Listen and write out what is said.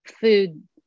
food